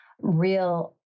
real